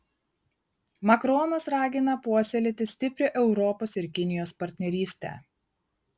makronas ragina puoselėti stiprią europos ir kinijos partnerystę